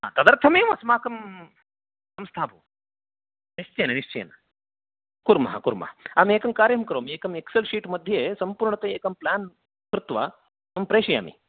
हा तदर्थमेव अस्माकं संस्था भवति निश्चयेन निश्चयेन कुर्मः कुर्मः अहमेकं कार्यं करोमि एकं एक्सेल् शीट् मध्ये सम्पूर्णतया एकं प्लान् कृत्वा अहं प्रेषयामि